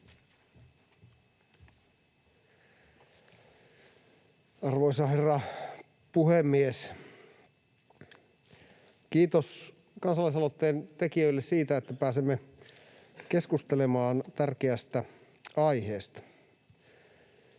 Arvoisa herra puhemies! Kiitos kansalaisaloitteen tekijöille siitä, että pääsemme keskustelemaan tärkeästä aiheesta.